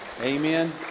Amen